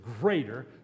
greater